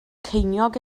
ceiniog